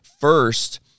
First